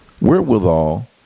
Wherewithal